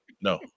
No